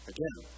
Again